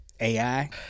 AI